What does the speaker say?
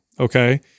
Okay